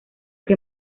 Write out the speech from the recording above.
que